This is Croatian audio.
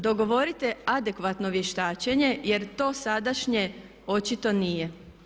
Dogovorite adekvatno vještačenje jer to sadašnje očito nije.